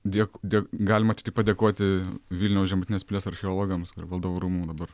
dėko dėk galima tiktai padėkoti vilniaus žemutinės pilies archeologams valdovų rūmų dabar